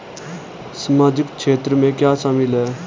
सामाजिक क्षेत्र में क्या शामिल है?